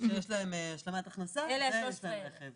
שיש להם השלמת הכנסה וכלי רכב